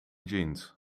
jeans